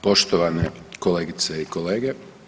Poštovane kolegice i kolege.